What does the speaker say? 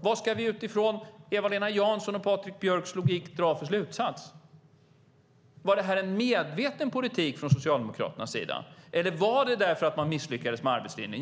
Vad ska vi då dra för slutsats utifrån Eva-Lena Janssons och Patrik Björcks logik? Var det här en medveten politik från Socialdemokraternas sida, eller var anledningen att man misslyckades med arbetslinjen?